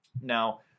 Now